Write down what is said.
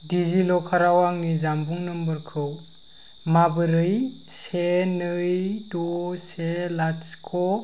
डिजिलकाराव आंनि जानबुं नामबारखौ माबोरै ने नै द से लाथिख'